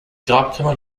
grabkammer